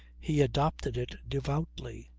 he adopted it devoutly.